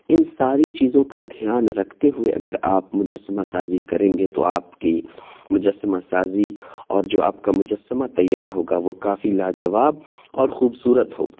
ان ساری چیزوں کا دھیان رکھتے ہوئے اگر آپ مجسمہ سازی کریں گے تو آپ کی مجسمہ سازی اور جو آپ کا مجسمہ تیار ہوگا وہ کافی لا جواب اور خوب صورت ہوگا